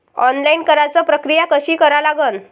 Online कराच प्रक्रिया कशी करा लागन?